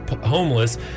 homeless